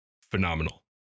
phenomenal